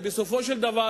ובסופו של דבר,